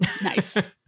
Nice